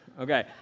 okay